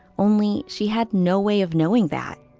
only she had no way of knowing that.